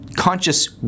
conscious